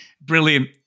Brilliant